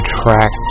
track